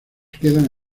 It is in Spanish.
quedan